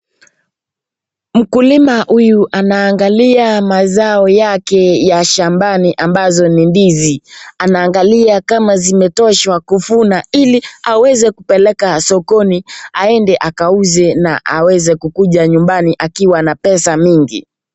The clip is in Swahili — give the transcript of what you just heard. Mkulima huyu anaangalia mazao yake ya shambani ambazo ni ndizi. Anaangalia kama zimetosha kuvunwa ili aweze kupeleka sokoni aende akauze na aweze kukuja nyumbani akiwa na pesa mingi.